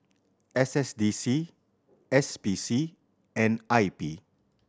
S S D C S P C and I P